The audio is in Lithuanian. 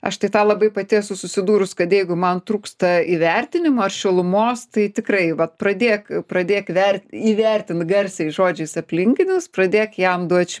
aš tai tą labai pati esu susidūrus kad jeigu man trūksta įvertinimo ar šilumos tai tikrai vat pradėk pradėk ver įvertint garsiai žodžiais aplinkinius pradėk jam duot š